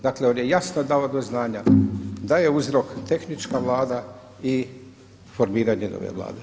Dakle, on je jasno dao do znanja da je uzrok tehnička Vlada i formiranje nove Vlade.